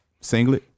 singlet